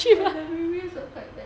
the reviews were quite bad